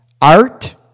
art